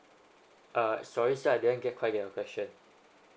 uh sorry start again I didn't quite get the question